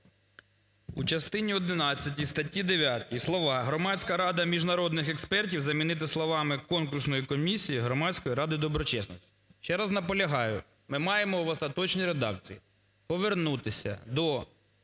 У частині одинадцятій статті 9 слова "Громадська рада міжнародних експертів" замінити словами "конкурсної комісії Громадської ради доброчесності". Ще раз наполягаю, ми маємо в остаточній редакції повернутися до